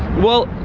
well,